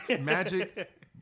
Magic